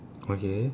okay